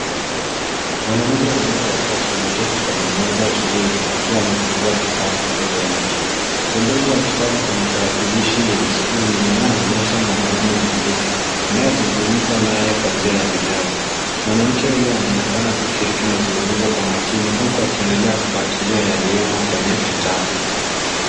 Mwanamke wa umri wa kati ameketi kwenye meza tulivu akiwa amefungua kitabu mbele yake. Pembeni ya kitabu kuna tarakilishi yenye skrini, inayoonyesha mwanaume mwingine, anayezungumza naye kwa njia ya video. Mwanamke huyu anaonekana kushiriki mazungumzo kwa makini huku akiendelea kufuatilia yaliyomo kwenye kitabu.